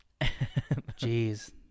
Jeez